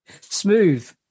smooth